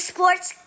Sports